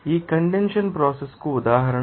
ఈ condensation process కు ఉదాహరణ